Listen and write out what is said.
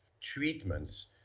treatments